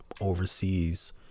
overseas